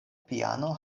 piano